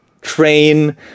train